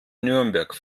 nürnberg